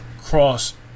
Cross